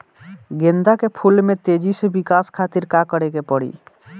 गेंदा के फूल में तेजी से विकास खातिर का करे के पड़ी?